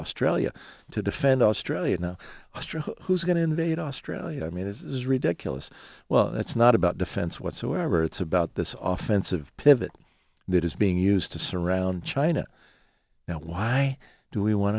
australia to defend australia now who's going to invade australia i mean this is ridiculous well it's not about defense whatsoever it's about this office of pivot that is being used to surround china now why do we want